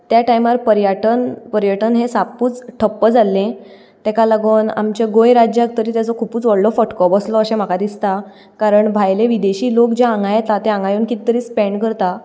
ते टायमार पर्यटन पर्यटन हें साप्पूच टप्प जाल्लें तेका लागून आमच्या गोंय राज्याक तरी तेचो खुबूच व्हडलो फटको बसलो अशें म्हाका दिसता कारण भायले विदेशी लोक जे हांगा येता ते हांगा येवन कितें तरी स्पेन्ड करता